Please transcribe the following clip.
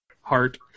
heart